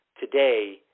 today